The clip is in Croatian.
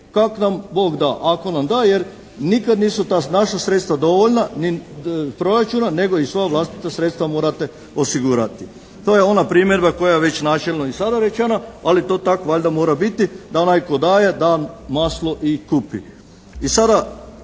kak nam Bog da. Ako nam da jer nikad nisu ta naša sredstva dovoljna proračuna nego i svoja vlastita sredstva morate osigurati. To je ona primjedba koja je već načelno i sada rečena, ali to tak valjda mora biti da onaj tko daje da maslo i kupi.